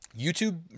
YouTube